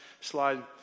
slide